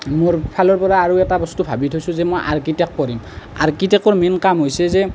মোৰ ফালৰ পৰা আৰু এটা বস্তু ভাবি থৈছোঁ যে মই আৰ্কিটেক্ট পঢ়িম আৰ্কিটেকৰ মেইন কাম হৈছে যে